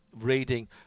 reading